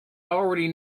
already